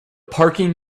parking